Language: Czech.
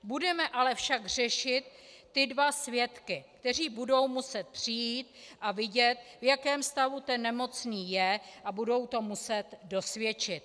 Budeme ale však řešit ty dva svědky, kteří budou muset přijít a vidět, v jakém stavu ten nemocný je, a budou to muset dosvědčit.